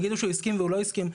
יאמרו שהוא הסכים והוא לא הסכים,